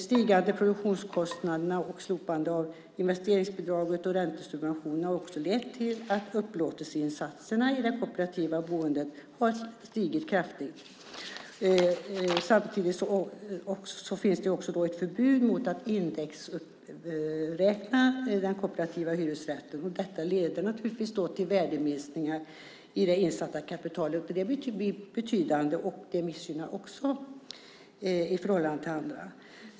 Stigande produktionskostnader och slopande av investeringsbidrag och räntesubventioner har också lett till att upplåtelseinsatserna i det kooperativa boendet har stigit kraftigt. Samtidigt finns det ett förbud mot att indexuppräkna den kooperativa hyresrätten. Detta leder naturligtvis till värdeminskningar i det insatta kapitalet. Det blir betydande och missgynnar också i förhållande till andra.